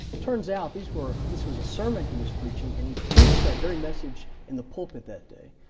turns out these were, this was a sermon he was preaching and he preached that very message in the pulpit that day.